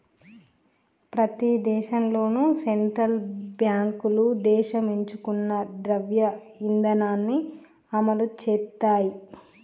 ప్రతి దేశంలోనూ సెంట్రల్ బ్యాంకులు దేశం ఎంచుకున్న ద్రవ్య ఇధానాన్ని అమలు చేత్తయ్